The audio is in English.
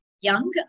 young